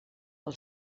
del